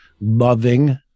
loving